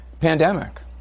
pandemic